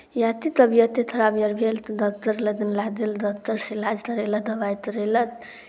या तऽ तबियते खराब अर भेल डॉक्टर लद लए देल डॉक्टरसँ इलाज तरेलत दवाइ तरेलत